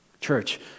Church